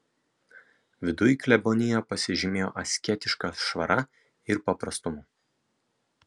viduj klebonija pasižymėjo asketiška švara ir paprastumu